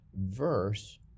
verse